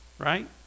Right